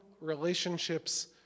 relationships